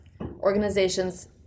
Organizations